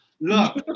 Look